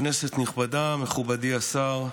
כנסת נכבדה, מכובדי השר,